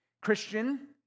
Christian